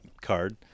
card